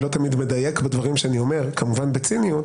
אני לא תמיד מדייק בדברים שאני אומר כמובן שבציניות